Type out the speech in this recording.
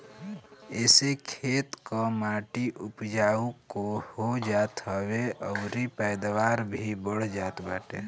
एसे खेत कअ माटी उपजाऊ हो जात हवे अउरी पैदावार भी बढ़ जात बाटे